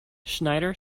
schneider